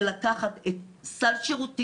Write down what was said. זה לקחת את סל שירותים,